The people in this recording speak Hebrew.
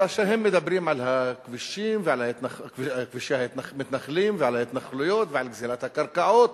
אז הם מדברים על כבישי המתנחלים ועל ההתנחלויות ועל גזלת הקרקעות,